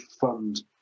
fund